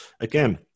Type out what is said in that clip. again